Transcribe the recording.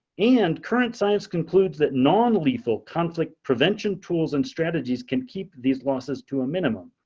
and current science concludes that non lethal conflict prevention tools and strategies can keep these losses to a minimum.